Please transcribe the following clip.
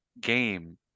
game –